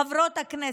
חברות הכנסת,